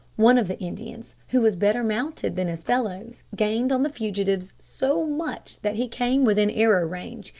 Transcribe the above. one of the indians, who was better mounted than his fellows, gained on the fugitives so much that he came within arrow range,